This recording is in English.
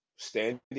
standing